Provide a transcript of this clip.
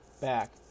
back